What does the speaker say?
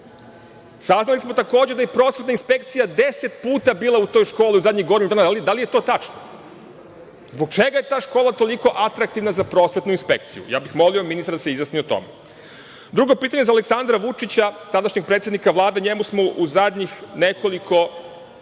razlozi. Saznali smo takođe da je prosvetna inspekcija deset puta bila u toj školi u zadnjih godinu dana u toj školi. Da li je to tačno? Zbog čega je ta škola toliko atraktivna za prosvetnu inspekciju? Molio bih ministra da se izjasni o tome. Drugo pitanje je za Aleksandra Vučića, tadašnjeg predsednika Vlade, njemu smo u zadnjih nekoliko